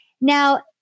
Now